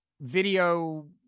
video